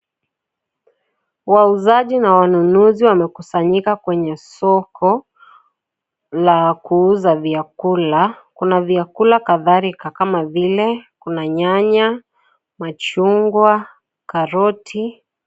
Wauzaji na wanunuzi wamekusanyika kwenye soko la kuuza vyakula, kuna vyakula kadhalika kama vile kuna nyanya, machungwa, karoti.